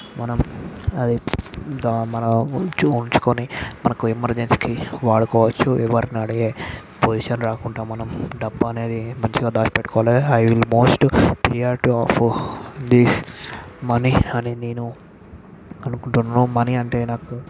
మనం అవి మనం ఉంచు ఉంచుకొని మనకి ఎమర్జెన్సీకి వాడుకోవచ్చు ఎవరినీ అడిగే పోసిషన్ రాకుండా మనం డబ్బు అనేది మంచిగా దాచి పెట్టుకోవాలి I will most priority of this money అని నేను అనుకుంటున్నాను మనీ అంటే నాకు